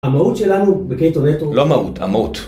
המהות שלנו בקייטו נטוורקס... לא מהות, אמות.